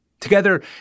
Together